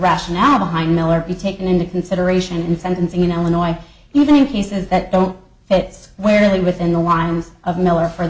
rationale behind miller be taken into consideration in sentencing in illinois even in cases that don't fit where they are within the lines of miller or